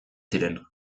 ziren